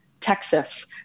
Texas